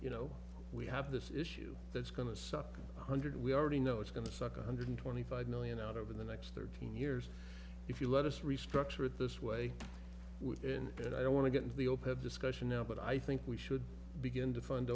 you know we have this issue that's going to suck hundred we already know it's going to suck one hundred twenty five million out over the next thirteen years if you let us restructure it this way within and i don't want to get into the open discussion now but i think we should begin to fund